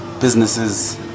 businesses